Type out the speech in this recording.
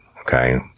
Okay